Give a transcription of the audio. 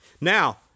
Now